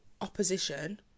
opposition